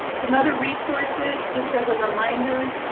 some other resources, just as a reminder,